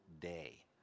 day